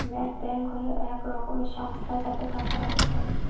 bank হল এক রকমের সংস্থা যাতে টাকা রাখা যায়